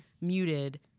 muted